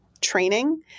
training